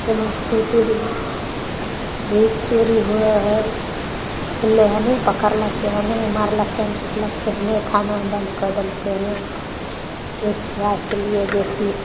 समस्तीपुर बहुत चोरी होइ है ओहि लए हेने पकड़लक की हेने मारलक की हेने पीटलक की हेने थानामे बन्द कऽ देलकै चोर चुहारके लिए बेसी